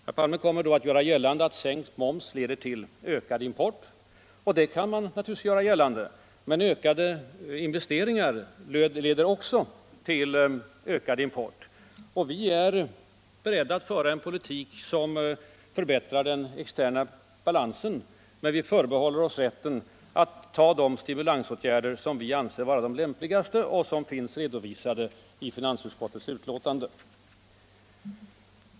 Herr Palme kommer då att göra gällande att sänkt moms leder till ökad import — och det kan man naturligtvis göra gällande. Men ökade investeringar leder också till ökad import. Vi är beredda att föra en politik som förbättrar den externa balansen, men vi förbehåller oss rätten att ta de stimulansåtgärder som vi anser vara de lämpligaste och som finns redovisade i finansutskottets betänkande.